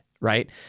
Right